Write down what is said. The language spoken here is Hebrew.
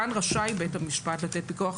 כאן רשאי בית המשפט לתת פיקוח